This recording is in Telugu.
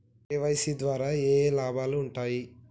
కే.వై.సీ ద్వారా ఏఏ లాభాలు ఉంటాయి?